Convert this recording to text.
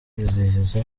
kwizihiza